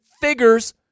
Figures